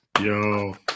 Yo